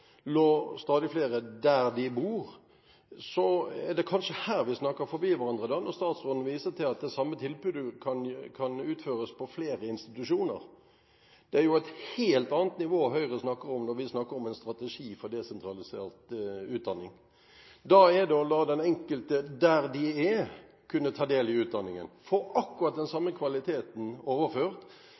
der de bor, er det kanskje her vi snakker forbi hverandre når statsråden viser til at det samme tilbudet kan utføres ved flere institusjoner. Det er jo et helt annet nivå Høyre snakker om når vi snakker om en strategi for desentralisert utdanning. Det er å la den enkelte der de er, kunne ta del i utdanningen og få akkurat den samme kvaliteten overført.